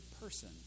person